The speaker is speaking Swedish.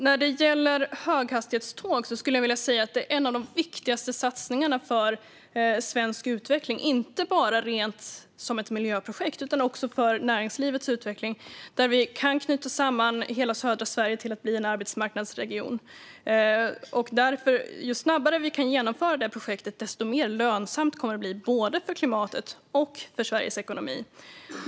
När det gäller höghastighetståg skulle jag vilja säga att det är en av de viktigaste satsningarna för svensk utveckling, inte bara som ett miljöprojekt utan också för näringslivets utveckling då vi kan knyta samman hela södra Sverige till en arbetsmarknadsregion. Ju snabbare vi kan genomföra det projektet, desto mer lönsamt kommer det att bli för både klimatet och Sveriges ekonomi.